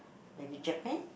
maybe Japan